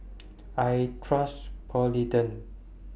I Trust Polident